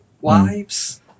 wives